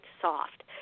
soft